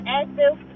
active